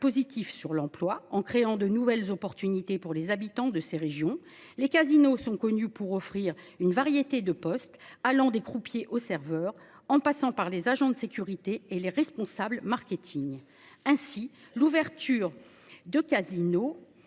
positif sur l'emploi en créant de nouvelles opportunités pour les habitants de ces régions, les casinos sont connus pour offrir une variété de postes allant des croupiers au serveur en passant par les agents de sécurité et les responsables marketing ainsi l'ouverture de casinos